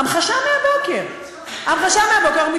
המחשה מהבוקר,